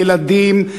ילדים,